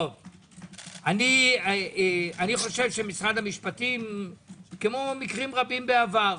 אני חושב שמשרד המשפטים כמו מקרים רבים בעבר,